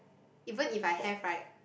even if I have right